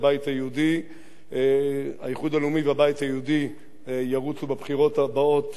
האיחוד הלאומי והבית היהודי ירוצו בבחירות הבאות יחדיו.